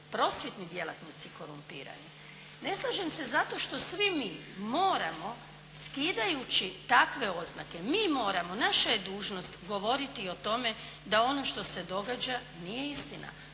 prosvjetni djelatnici korumpirani. Ne slažem se zato što svi mi moramo skidajući takve oznake, mi moramo, naša je dužnost govoriti o tome da ono što se događa nije istina.